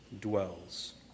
dwells